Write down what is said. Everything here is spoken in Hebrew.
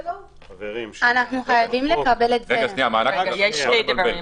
אנחנו חייבים לקבל את זה --- יש שני דברים.